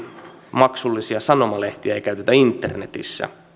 maksullisia sanomalehtiä ei käytetä internetissä